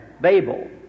Babel